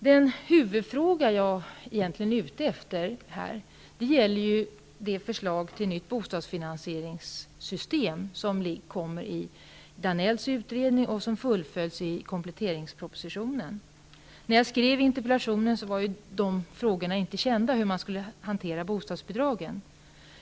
Den huvudfråga som jag egentligen vill ta upp gäller det förslag till nytt bostadsfinansieringssystem som lades fram i Danells utredning och som fullföljs i kompletteringspropositionen. När jag framställde interpellationen var det ju inte känt hur man skulle hantera bostadsbidragen.